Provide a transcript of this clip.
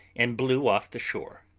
and blew off the shore.